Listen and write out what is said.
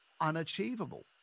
unachievable